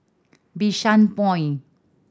Bishan Point